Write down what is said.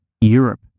Europe